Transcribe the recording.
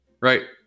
right